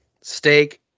Steak